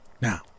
Now